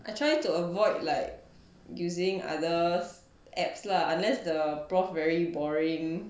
I try to avoid like using others apps lah unless the prof very boring